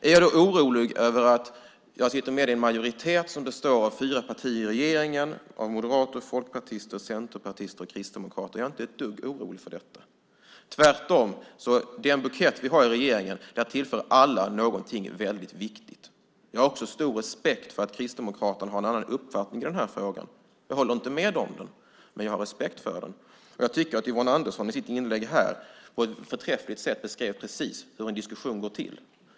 Är jag orolig över att jag sitter med i en majoritet som består av fyra partier i regeringen - moderater, folkpartister, centerpartister och kristdemokrater? Jag är inte ett dugg orolig för detta. Tvärtom. I den bukett vi har i regeringen tillför alla något viktigt. Jag har också stor respekt för att Kristdemokraterna har en annan uppfattning i frågan. Jag håller inte med dem, men jag har respekt för uppfattningen. Jag tycker att Yvonne Andersson i sitt inlägg på ett förträffligt sätt beskrev precis hur en diskussion går till.